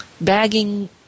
bagging